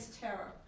terror